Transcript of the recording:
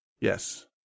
Yes